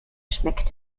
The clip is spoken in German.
schmeckt